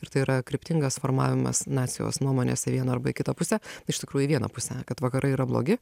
ir tai yra kryptingas formavimas nacijos nuomonės į vieną arba į kitą pusę iš tikrųjų į vieną pusę kad vakarai yra blogi